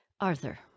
Arthur